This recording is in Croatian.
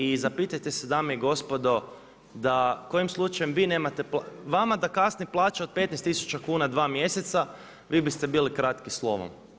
I zapitajte se dame i gospodo da kojim slučajem vi nemate vama da kasni plaća od 15000 tisuća kuna dva mjeseca vi biste bili kratki s lovom.